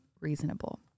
reasonable